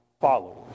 followers